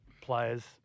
players